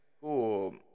cool